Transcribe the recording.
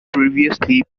previously